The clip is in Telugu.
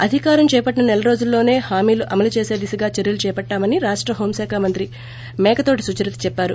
అధికారం చేపట్టిన నెల రోజుల్లోనే హామీల అమలు చేసే దిశగా చర్యలు చేపట్లామని రాష్ల హోం శాఖ మంత్రి మేకతోటి సుచరిత చెప్పారు